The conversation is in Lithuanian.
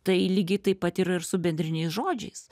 tai lygiai taip pat yr ir su bendriniais žodžiais